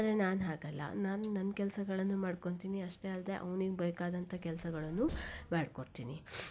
ಆದರೆ ನಾನು ಹಾಗಲ್ಲ ನಾನು ನನ್ನ ಕೆಲಸಗಳನ್ನು ಮಾಡ್ಕೋತೀನಿ ಅಷ್ಟೇ ಅಲ್ಲದೆ ಅವನಿಗೆ ಬೇಕಾದಂಥ ಕೆಲಸಗಳನ್ನೂ ಮಾಡ್ಕೊಡ್ತೀನಿ